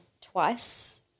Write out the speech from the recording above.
twice